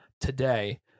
today